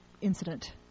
incident